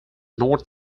north